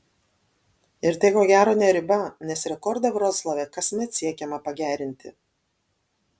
ir tai ko gero ne riba nes rekordą vroclave kasmet siekiama pagerinti